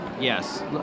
Yes